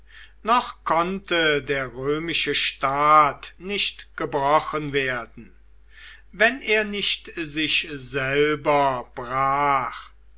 noch konnte der römische staat nicht gebrochen werden wenn er nicht sich selber brach